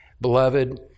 Beloved